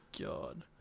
God